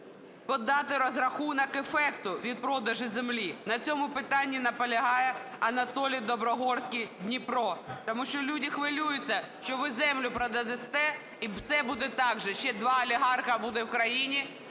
подати розрахунок ефекту від продажу землі" – на цьому питанні наполягає Анатолій Доброгорський, Дніпро. Тому що люди хвилюються, що ви землю продасте, і все буде так же, ще два олігарха буде в країні